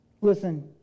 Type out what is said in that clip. Listen